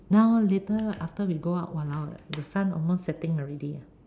now later after we go out !wahlao! the sun almost setting already ah